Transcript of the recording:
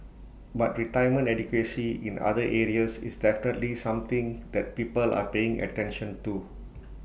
but retirement adequacy in other areas is definitely something that people are paying attention to